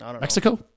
Mexico